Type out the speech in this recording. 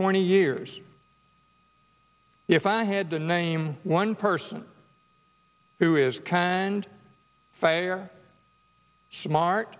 twenty years if i had to name one person who is canned fire smart